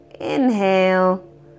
Inhale